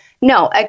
no